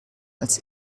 als